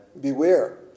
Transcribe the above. Beware